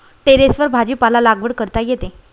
टेरेसवर भाजीपाला लागवड करता येते